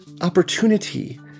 opportunity